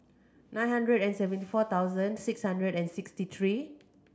nine hundred and seventy four thousand six hundred and sixty three